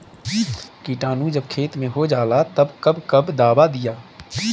किटानु जब खेत मे होजाला तब कब कब दावा दिया?